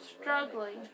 struggling